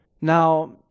Now—